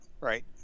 right